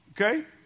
Okay